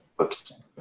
oops